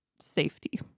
safety